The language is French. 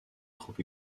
trop